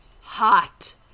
hot